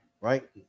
right